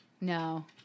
No